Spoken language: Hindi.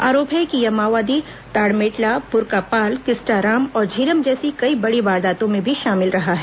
आरोप है कि यह माओवादी ताड़मेटला बुर्कापाल किस्टाराम और झीरम जैसी कई बड़ी वारदातों में भी शामिल रहा है